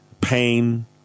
pain